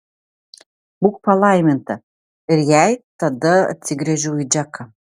būk palaiminta ir jai tada atsigręžiau į džeką